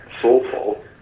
soulful